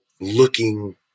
looking